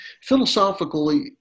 philosophically